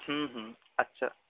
হুম হুম আচ্ছা